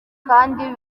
kandi